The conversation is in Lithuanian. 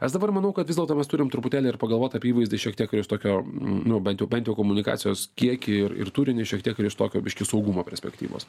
aš dabar manau kad vis dėlto mes turim truputėlį ir pagalvot apie įvaizdį šiek tiek ir iš tokio nu bent jau bent jau komunikacijos kiekį ir ir turinį šiek tiek ir iš tokio biški saugumo perspektyvos